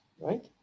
right